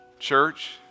Church